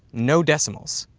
no decimals.